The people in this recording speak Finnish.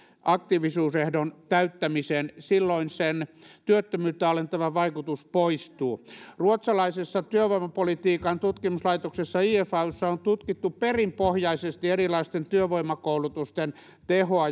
aktiivisuusehdon täyttämisen silloin sen työttömyyttä alentava vaikutus poistuu ruotsalaisessa työvoimapolitiikan tutkimuslaitoksessa ifaussa on tutkittu perinpohjaisesti erilaisten työvoimakoulutusten tehoa